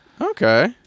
Okay